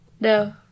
No